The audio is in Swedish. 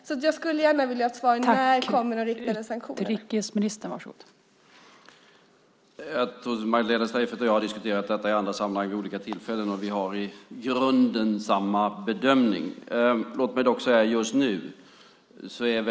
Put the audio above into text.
Jag skulle alltså gärna vilja ha svar på när de riktade sanktionerna kommer.